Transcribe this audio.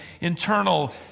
internal